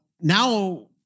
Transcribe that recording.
now